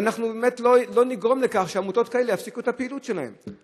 ואנחנו באמת לא נגרום לכך שעמותות כאלה יפסיקו את הפעילות שלהן.